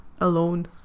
alone